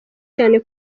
cyane